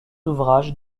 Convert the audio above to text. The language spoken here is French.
ouvrages